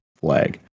flag